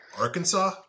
Arkansas